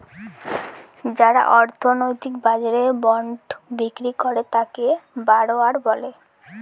যারা অর্থনৈতিক বাজারে বন্ড বিক্রি করে তাকে বড়োয়ার বলে